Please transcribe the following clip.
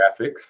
graphics